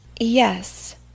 Yes